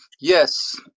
Yes